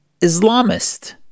Islamist